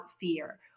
fear